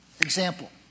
Example